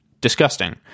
disgusting